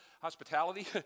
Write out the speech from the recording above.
hospitality